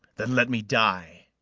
then let me die.